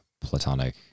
platonic